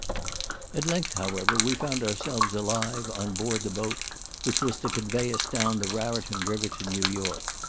at length, however, we found ourselves alive on board the boat which was to convey us down the raraton river to new york.